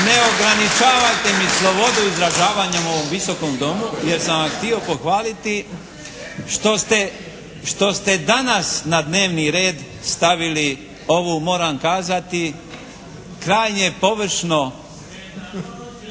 Ne ograničavajte mi slobodu izražavanja u ovom Visokom domu jer sam vam htio pohvaliti što ste, što ste danas na dnevni red stavili ovu moram kazati krajnje površno,